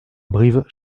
brives